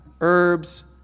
herbs